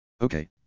Okay